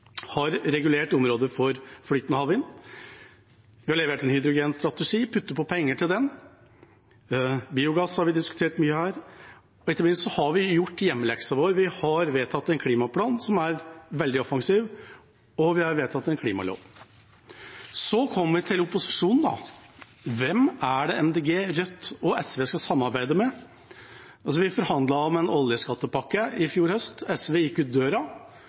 har regulert av områder for flytende havvind. Vi har levert en hydrogenstrategi, puttet på penger til den. Biogass har vi diskutert mye her. Og ikke minst har vi gjort hjemmeleksa vår; vi har vedtatt en klimaplan som er veldig offensiv, og vi har vedtatt en klimalov. Så kommer vi til opposisjonen. Hvem er det Miljøpartiet De Grønne, Rødt og SV skal samarbeide med? Vi forhandlet om en oljeskattepakke i fjor høst. SV gikk ut døra.